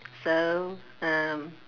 so um